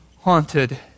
haunted